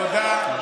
תודה.